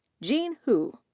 jean hu.